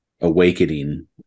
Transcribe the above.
awakening